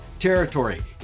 territory